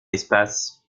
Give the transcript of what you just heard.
espace